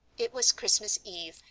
it was christmas eve,